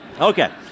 Okay